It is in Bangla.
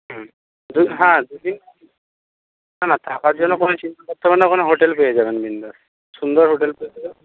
হুম যদি হ্যাঁ যদি না না টাকার জন্য কোন চিন্তা করতে হবে না ওখানে হোটেল পেয়ে যাবেন বিন্দাস সুন্দর হোটেল